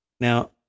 Now